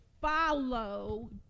follow